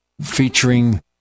featuring